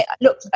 look